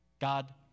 god